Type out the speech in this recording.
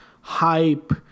hype